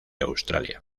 australia